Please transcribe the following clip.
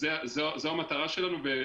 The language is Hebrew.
זו המטרה שלנו.